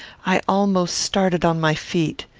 i almost started on my feet.